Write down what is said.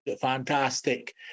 fantastic